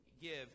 give